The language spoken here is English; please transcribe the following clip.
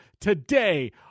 today